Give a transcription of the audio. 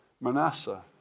Manasseh